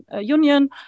Union